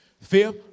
Fifth